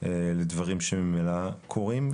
לדברים שהם ממילא קורים,